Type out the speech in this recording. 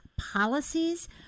policies